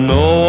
no